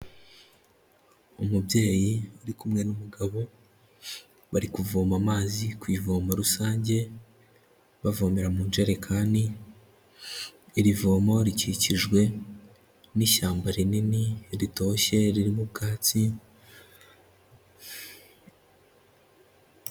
Umubyeyi uri kumwe n'umugabo, bari kuvoma amazi ku ivomo rusange, bavomera mu njerekani, iri vomo rikikijwe n'ishyamba rinini ritoshye ririmo ubwatsi,...